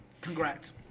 Congrats